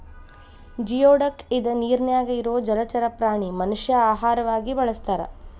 geoduck ಇದ ನೇರಿನ್ಯಾಗ ಇರು ಜಲಚರ ಪ್ರಾಣಿ ಮನಷ್ಯಾ ಆಹಾರವಾಗಿ ಬಳಸತಾರ